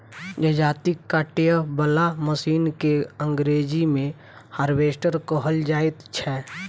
जजाती काटय बला मशीन के अंग्रेजी मे हार्वेस्टर कहल जाइत छै